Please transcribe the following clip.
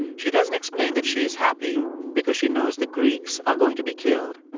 she doesn't explain that she is happy because she knows the greeks are going to be killed.